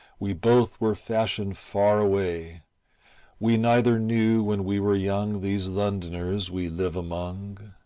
we both were fashioned far away we neither knew, when we were young, these londoners we live among.